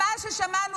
לא נכון.